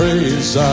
Praise